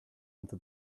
into